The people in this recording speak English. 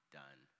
done